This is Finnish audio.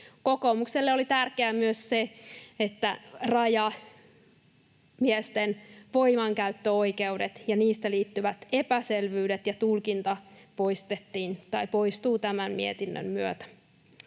Kokoomukselle oli tärkeää myös se, että rajamiesten voimankäyttöoikeuksiin liittyvät epäselvyydet ja tulkinta poistuvat tämän mietinnön myötä.